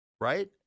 Right